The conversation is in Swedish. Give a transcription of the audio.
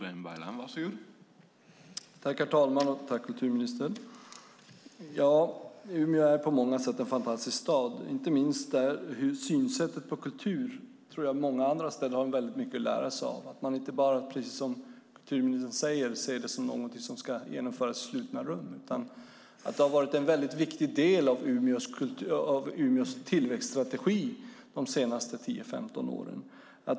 Herr talman! Tack, kulturministern! Umeå är på många sätt en fantastisk stad. Inte minst vad gäller synen på kultur har många mycket att lära sig där. Precis som kulturministern säger ser man inte kulturen som någonting som bara ska genomföras i slutna rum. Det har varit en viktig del av Umeås tillväxtstrategi de senaste 10-15 åren.